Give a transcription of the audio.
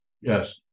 Yes